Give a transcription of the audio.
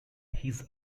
his